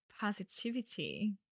positivity